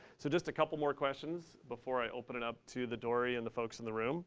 so just a couple more questions before i open it up to the dory and the folks in the room